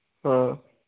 ꯑꯥ